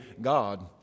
God